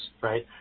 right